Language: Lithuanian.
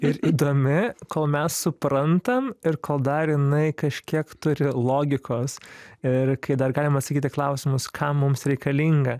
ir įdomi kol mes suprantam ir kol dar jinai kažkiek turi logikos ir kai dar galim atsakyt į klausimus kam mums reikalinga